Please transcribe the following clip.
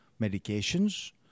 medications